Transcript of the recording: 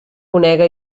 conega